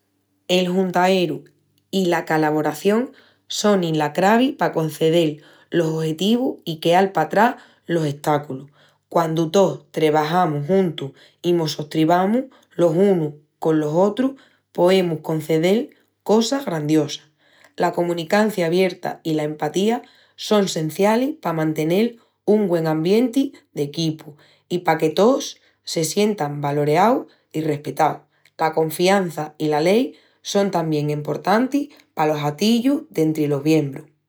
...el juntaeru i la calavoración sonin la cravi pa concedel los ojetivus i queal patrás los estáculus. Quandu tós trebajamus juntus i mos sostribamus los unus a los otrus, poemus concedel cosas grandiosas. La comunicancia abierta i la empatía son sencialis pa mantenel un güen ambienti d'equipu i pa que tós se sientan valoreaus i respetaus. La confiança i la lei son tamién emportantis palos atillus dentri los biembrus...